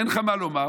אין לך מה לומר.